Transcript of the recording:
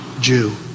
Jew